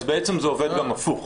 אז בעצם זה עובד גם הפוך.